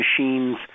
machines